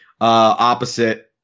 opposite